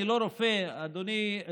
אני לא רופא, אדוני.